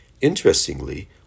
Interestingly